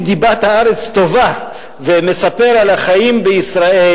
דיבת הארץ טובה ומספר על החיים בישראל,